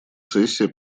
сессия